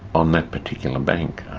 on that particular bank,